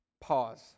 Pause